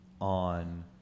on